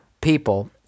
people